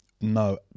No